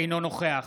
אינו נוכח